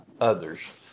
others